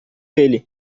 ele